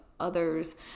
others